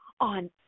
on